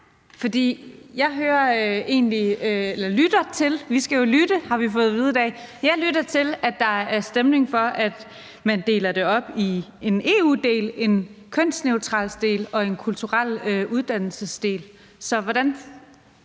op i tre. For jeg lytter til – vi skal jo lytte, har vi fået at vide i dag – at der er stemning for, at man deler det op i end EU-del, en kønsneutrale betegnelser-del og en kulturel uddannelse-del. Hvad